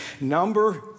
Number